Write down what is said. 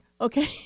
Okay